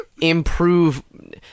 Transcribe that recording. improve